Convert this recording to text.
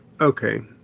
okay